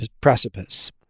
precipice